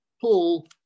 Paul